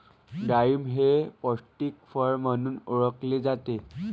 डाळिंब हे पौष्टिक फळ म्हणून ओळखले जाते